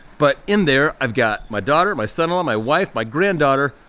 but in there, i've got my daughter, my son-in-law, my wife, my granddaughter,